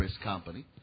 company